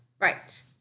Right